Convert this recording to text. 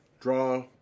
draw